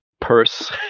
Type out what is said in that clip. purse